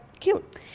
cute